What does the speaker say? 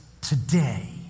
today